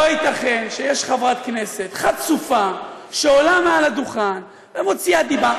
לא ייתכן שיש חברת כנסת חצופה שעולה ומעל הדוכן מוציאה דיבה.